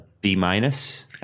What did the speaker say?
B-minus